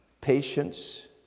patience